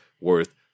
worth